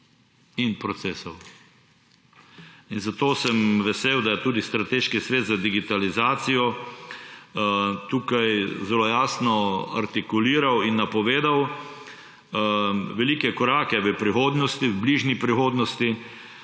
Zato sem vesel, da je tudi Strateški svet za digitalizacijo tukaj zelo jasno artikuliral in napovedal velike korake v bližnji prihodnosti,